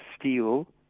steel